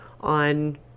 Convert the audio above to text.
on